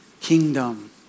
kingdom